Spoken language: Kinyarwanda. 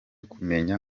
kumenya